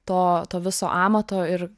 to to viso amato ir